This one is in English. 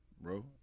bro